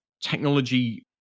technology